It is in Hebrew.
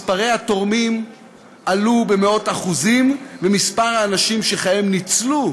מספרי התורמים עלו במאות אחוזים ומספר האנשים שחייהם ניצלו